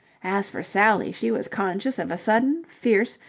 as for sally, she was conscious of a sudden, fierce,